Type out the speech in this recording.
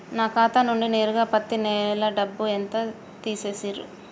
నా ఖాతా నుండి నేరుగా పత్తి నెల డబ్బు ఎంత తీసేశిర్రు?